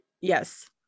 yes